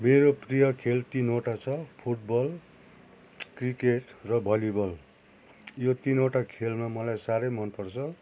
मेरो प्रिय खेल तिनवटा छ फुटबल क्रिकेट र भलिबल यो तिनवटा खेलमा मलाई साह्रै मनपर्छ